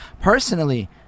Personally